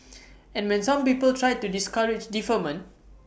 and men some people tried to discourage deferment